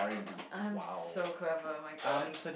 I'm so clever [oh]-my-god